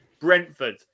Brentford